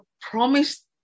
promise